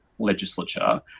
legislature